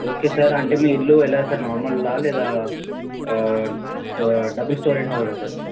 okay sir అంటే మీ ఇల్లు ఎలా సార్ నార్మల్దా లేదా డబల్ స్టోరీ హౌసా సార్